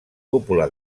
cúpula